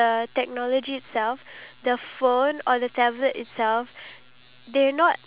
ya so due to the fact that the technology cannot give you an impression